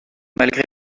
malgré